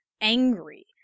angry